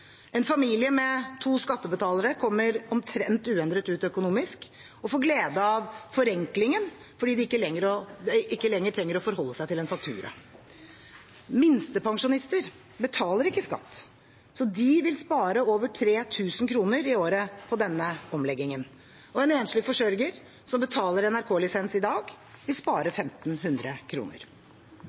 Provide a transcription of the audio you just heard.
En familie med to skattebetalere kommer omtrent uendret ut økonomisk og får glede av forenklingen fordi de ikke lenger trenger å forholde seg til en faktura. Minstepensjonister betaler ikke skatt, så de vil spare over 3 000 kr i året på denne omleggingen. Og en enslig forsørger som betaler NRK-lisens i dag, vil spare